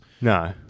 No